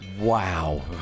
Wow